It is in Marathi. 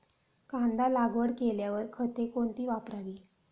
कांदा लागवड केल्यावर खते कोणती वापरावी?